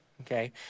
okay